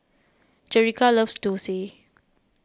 Jerica loves Dosa